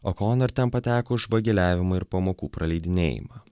okonor ten pateko už vagiliavimą ir pamokų praleidinėjimą